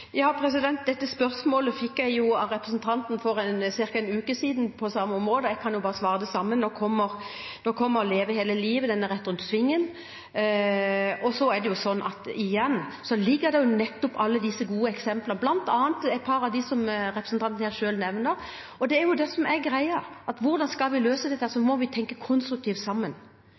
Dette spørsmålet fikk jeg av representanten for ca. en uke siden, på samme område. Jeg kan jo bare svare det samme: Nå kommer Leve hele livet, den er rett rundt svingen. Og igjen ligger jo nettopp alle disse gode eksemplene her, bl.a. et par av dem som representanten her selv nevner. Det er det som er greia – skal vi løse dette, må vi tenke konstruktivt sammen.